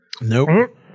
nope